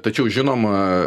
tačiau žinoma